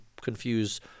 confuse